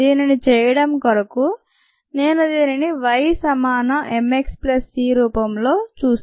దీనిని చేయడం కొరకు నేను దీనిని y సమానm x ప్లస్ c రూపంలో చూస్తున్నాను